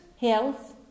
health